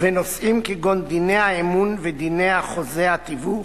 ונושאים כגון דיני האמון ודיני חוזה התיווך,